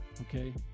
okay